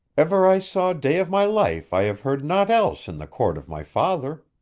ever i saw day of my life i have heard naught else in the court of my father.